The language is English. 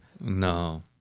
No